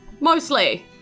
mostly